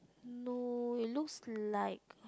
no it looks like